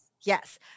yes